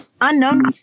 Unknown